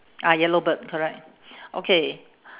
ah yellow bird correct okay